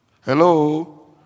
Hello